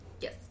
yes